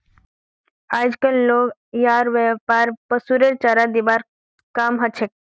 आजक लोग यार व्यवहार पशुरेर चारा दिबार काम हछेक